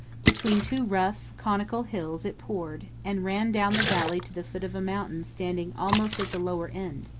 between two rough, conical hills it poured, and ran down the valley to the foot of a mountain standing almost at the lower end,